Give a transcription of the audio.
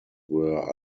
were